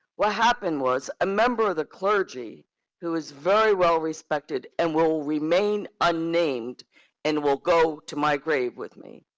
what happened was a member of the clergy who was very well respected, and will remain unnamed and will go to my grave with me,